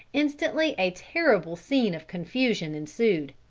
instantly a terrible scene of confusion ensued.